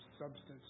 substance